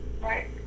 Right